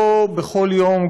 לא בכל יום,